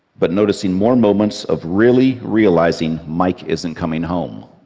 but noticing more and moments of really realizing mike isn't coming home.